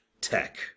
Tech